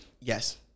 Yes